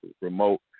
remote